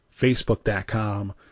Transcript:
facebook.com